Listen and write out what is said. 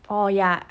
oh ya